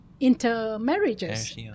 intermarriages